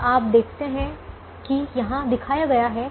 अब आप देखते हैं कि यहां दिखाया गया है